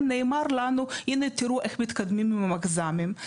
נאמר לנו: תראו איך מתקדמים עם המכז"מים,